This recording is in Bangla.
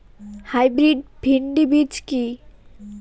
হাইব্রিড ভীন্ডি বীজ কি?